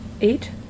eight